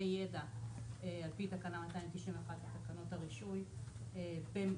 ידע על פי תקנה 291 לתקנות הרישוי ברת"א,